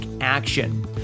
action